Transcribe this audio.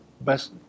best